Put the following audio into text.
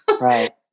Right